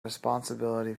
responsibility